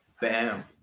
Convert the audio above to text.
Bam